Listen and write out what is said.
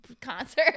concert